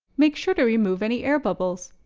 make sure to remove any air bubbles.